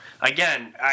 again